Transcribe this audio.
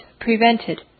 prevented